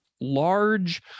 large